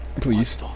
Please